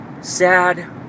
sad